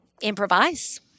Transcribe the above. improvise